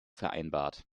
vereinbart